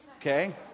okay